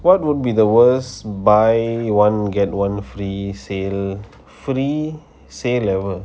what would be the worst buy one get one free sale free same level